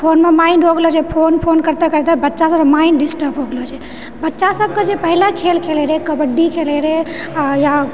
फोनमे माइण्ड हो गेलो छै फोन करते करते बच्चा सबके माइण्ड डिस्टर्ब हो गेलो छै बच्चा सबके जे पहिलऽ खेल खेलै रहै कबड्डी खेलै रहै या